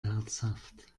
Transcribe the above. herzhaft